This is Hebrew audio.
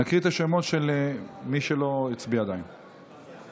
נקריא את השמות של מי שעדיין לא הצביע.